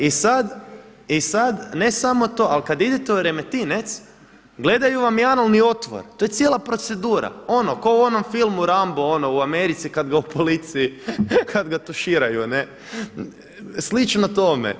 I sada ne samo to, ali kada idete u Remetinec gledaju vam i analni otvor, to je cijela procedura, ono kao u onom filmu Rambo u Americi kada ga u policiji, kada ga tuširaju, slično tome.